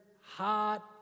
hot